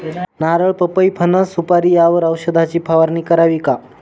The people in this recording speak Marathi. नारळ, पपई, फणस, सुपारी यावर औषधाची फवारणी करावी का?